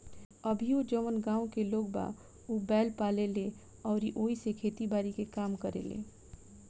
अभीओ जवन गाँव के लोग बा उ बैंल पाले ले अउरी ओइसे खेती बारी के काम करेलें